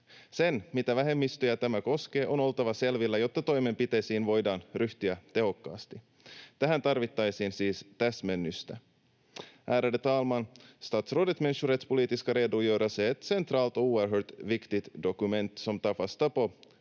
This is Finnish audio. Sen, mitä vähemmistöjä tämä koskee, on oltava selvillä, jotta toimenpiteisiin voidaan ryhtyä tehokkaasti. Tähän tarvittaisiin siis täsmennystä. Ärade talman! Statsrådets människorättspolitiska redogöras är ett centralt och oerhört viktigt dokument som tar fasta